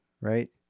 right